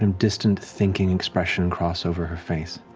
um distant thinking expression cross over her face.